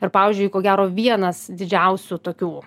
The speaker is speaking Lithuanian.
ir pavyzdžiui ko gero vienas didžiausių tokių